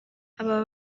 aba